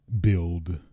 build